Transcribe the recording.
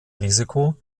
risiko